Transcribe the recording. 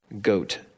goat